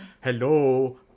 hello